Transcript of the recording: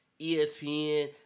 ESPN